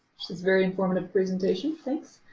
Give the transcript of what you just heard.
very informative presentation, thanks.